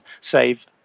save